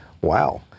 Wow